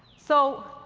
so,